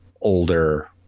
older